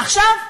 עכשיו,